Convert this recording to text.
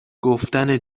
گفتن